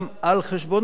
על חשבונו,